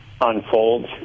unfolds